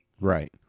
Right